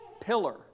pillar